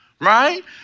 right